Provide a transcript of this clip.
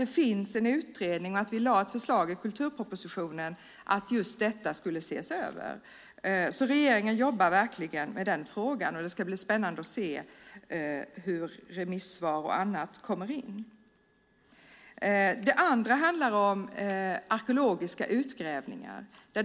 Det finns en utredning, och i kulturpropositionen finns ett förslag om en översyn av just detta. Regeringen jobbar verkligen med frågan. Det ska bli spännande att se hur remissvar och annat kommer in. Vidare handlar det om arkeologiska utgrävningar.